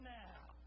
now